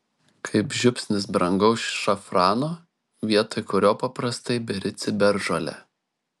kaip žiupsnis brangaus šafrano vietoj kurio paprastai beri ciberžolę